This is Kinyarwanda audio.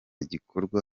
gikorwa